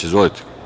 Izvolite.